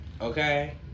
Okay